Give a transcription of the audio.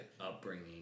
upbringing